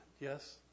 Yes